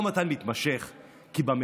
אתה יכול לצחוק,